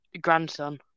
grandson